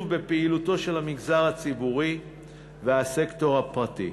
בפעילותו של המגזר הציבורי והסקטור הפרטי.